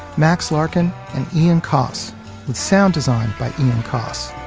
max larkin, and ian coss, with sound design by ian coss.